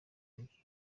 umukinnyi